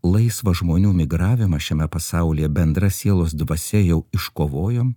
laisvą žmonių migravimą šiame pasaulyje bendra sielos dvasia jau iškovojom